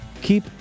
keep